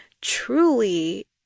truly